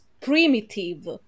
primitive